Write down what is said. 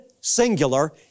singular